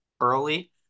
early